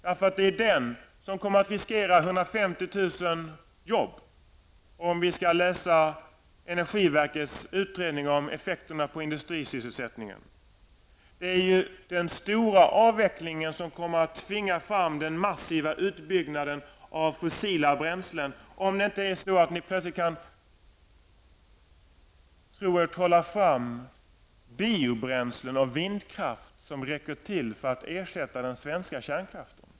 Den avvecklingen kommer att riskera 150 000 jobb, enligt energiverkets utredning om effekterna på industrisysselsättningen. Den stora avvecklingen kommer att tvinga fram den massiva utbygganden av fossila bränslen, om ni inte plötsligt tror er kunna trolla fram biobränslen och vindkraft som räcker till för att ersätta den svenska kärnkraften.